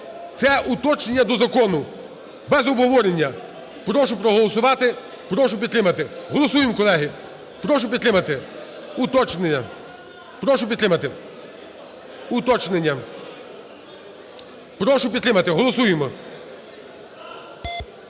Це уточнення до закону без обговорення. Прошу проголосувати, прошу підтримати, голосуємо, колеги, прошу підтримати уточнення, прошу підтримати уточнення. Прошу підтримати, голосуємо.